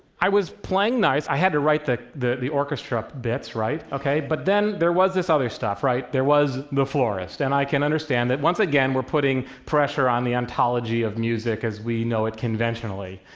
i was playing nice. i had to write the the orchestra bits, right? okay? but then there was this other stuff, right? there was the florist, and i can understand that, once again, we're putting pressure on the ontology of music as we know it conventionally,